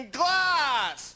glass